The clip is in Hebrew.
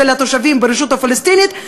של התושבים ברשות הפלסטינית,